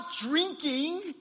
drinking